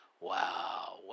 wow